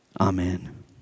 Amen